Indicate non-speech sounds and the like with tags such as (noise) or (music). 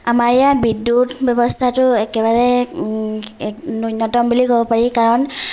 আমাৰ ইয়াত বিদ্যুত ব্যৱস্থাটো একেবাৰে (unintelligible) নূন্যতম বুলি ক'ব পাৰি কাৰণ